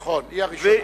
נכון, היא הראשונה.